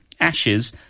ashes